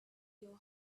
your